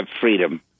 freedom